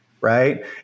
right